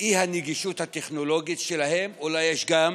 האי-נגישות הטכנולוגית שלהם אולי יש גם